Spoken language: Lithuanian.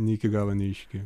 ne iki galo neaiški